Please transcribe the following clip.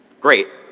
great,